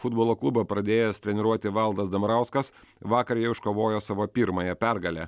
futbolo klubą pradėjęs treniruoti valdas dambrauskas vakar jau iškovojo savo pirmąją pergalę